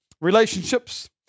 relationships